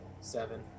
Seven